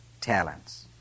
talents